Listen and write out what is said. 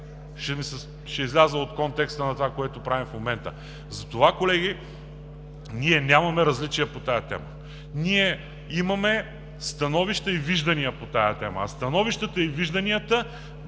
че излиза от контекста на това, което правим в момента. Затова, колеги, ние нямаме различия по тази тема. Ние имаме становища и виждания по тази тема, а становищата и вижданията,